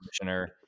commissioner